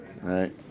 right